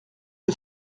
que